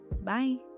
Bye